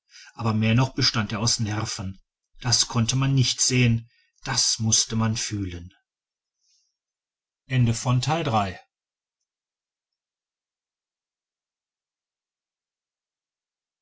aber mehr noch bestand er aus nerven das konnte man nicht sehen das mußte man fühlen